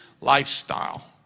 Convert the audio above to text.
lifestyle